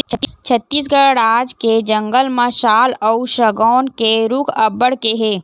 छत्तीसगढ़ राज के जंगल म साल अउ सगौन के रूख अब्बड़ के हे